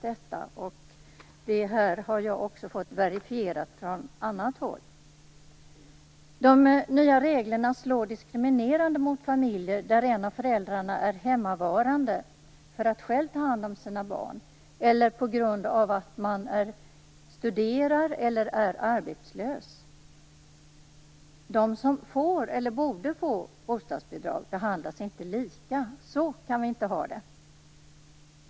Det har jag också fått verifierat från annat håll. De nya reglerna slår diskriminerande mot familjer där en av föräldrarna är hemmavarande för att själv ta hand om sina barn, studerar eller är arbetslös. De som får eller borde få bostadsbidrag behandlas inte lika. Så kan vi inte ha det.